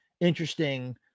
interesting